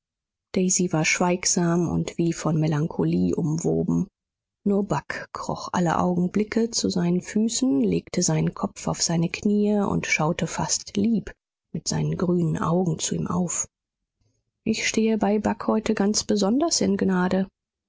daisy war schweigsam und wie von melancholie umwoben nur bagh kroch alle augenblicke zu seinen füßen legte seinen kopf auf seine kniee und schaute fast lieb mit seinen grünen augen zu ihm auf ich stehe bei bagh heute ganz besonders in gnade